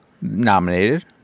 nominated